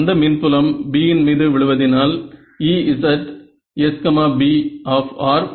அந்த மின்புலம் B இன் மீது விழுவதினால் EzsB